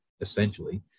essentially